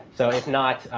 so if not,